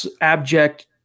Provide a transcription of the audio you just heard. abject